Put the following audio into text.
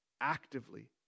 actively